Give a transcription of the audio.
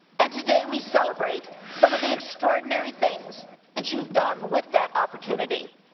and today, we celebrate some of the extraordinary things but you've done with that opportunity.